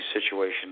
situation